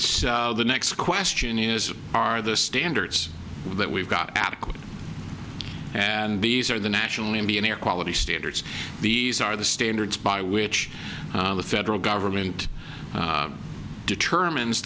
so the next question is are the standards that we've got adequate and these are the nationally ambien air quality standards these are the standards by which the federal government determines